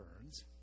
Burns